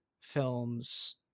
films